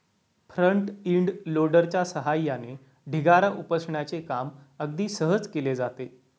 front end लोडरच्या सहाय्याने ढिगारा उपसण्याचे काम अगदी सहज केले जाते